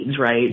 right